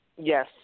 Yes